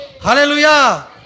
Hallelujah